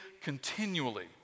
continually